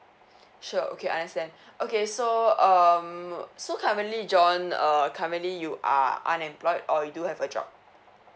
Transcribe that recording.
sure okay I understand okay so um so currently J O H N uh currently you are unemployed or you do have a job